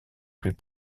plus